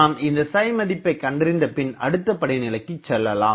நாம் இந்த மதிப்பை கண்டறிந்த பின் அடுத்தப் படிநிலைக்குச் செல்லலாம்